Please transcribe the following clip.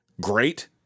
great